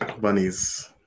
Bunnies